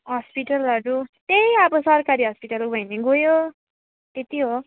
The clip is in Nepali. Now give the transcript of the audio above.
हस्पिटलहरू त्यही अब सरकारी हस्पिटलहरू उहीँ हामी गयो त्यत्ति हो